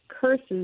curses